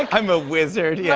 ah i'm a wizard. yeah.